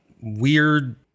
weird